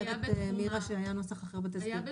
לא, מירה אומרת שהיה נוסח אחר בתזכיר.